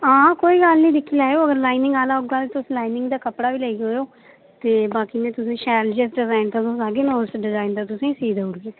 आं कोई गल्ल नेईं दिक्खी लैयो अगर लाइनिंग आह्ला होगा तुस लाइनिंग दा कपड़ा बी लेई आयो ते बाकी मैं तुसेंगी शैल जिस डिजाइन दा तुस आखगे मैं उस डिजाइन दा तुसेंगी सी देई उड़गी